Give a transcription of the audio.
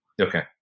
Okay